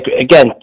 again